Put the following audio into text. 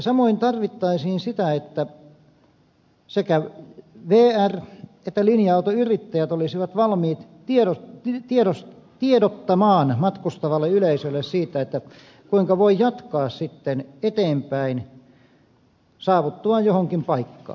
samoin tarvittaisiin sitä että sekä vr että linja autoyrittäjät olisivat valmiit tiedottamaan matkustavalle yleisölle siitä kuinka voi jatkaa sitten eteenpäin saavuttuaan johonkin paikkaan